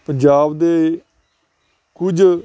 ਪੰਜਾਬ ਦੇ ਕੁਝ